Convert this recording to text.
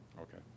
Okay